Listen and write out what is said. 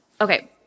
Okay